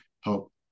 help